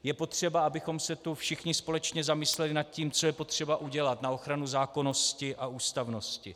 Je potřeba, abychom se tu všichni společně zamysleli nad tím, co je potřeba udělat na ochranu zákonnosti a ústavnosti.